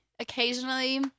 occasionally